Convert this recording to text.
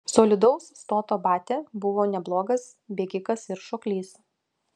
solidaus stoto batia buvo neblogas bėgikas ir šoklys